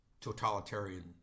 totalitarian